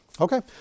Okay